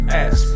ass